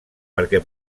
perquè